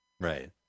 Right